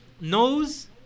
knows